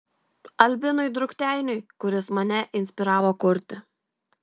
albinui drukteiniui kuris mane inspiravo kurti